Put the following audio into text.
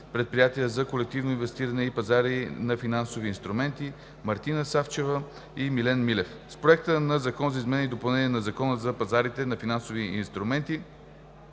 предприятия за колективно инвестиране и пазари на финансови инструменти“, Мартина Савчева и Милен Милев. С Проекта на закон за изменение и допълнение на Закона за пазарите на финансови инструменти